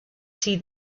see